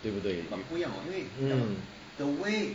对不对